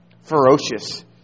ferocious